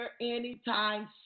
anytime